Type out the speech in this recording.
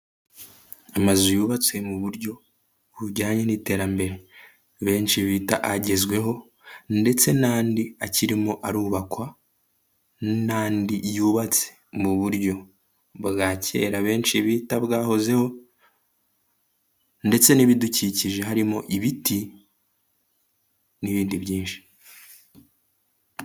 Amazu yubatse mu buryo bujyanye n'iterambere benshi bita agezweho ndetse n'andi akirimo arubakwa, n'andi yubatse mu buryo bwa kera benshi bita bwahozeho ndetse n'ibidukikije harimo ibiti n'ibindi byinshi.